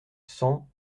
cent